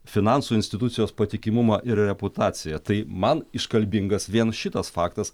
finansų institucijos patikimumą ir reputaciją tai man iškalbingas vien šitas faktas